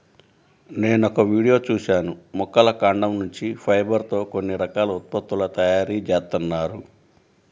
నేనొక వీడియో చూశాను మొక్కల కాండం నుంచి ఫైబర్ తో కొన్ని రకాల ఉత్పత్తుల తయారీ జేత్తన్నారు